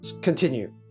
Continue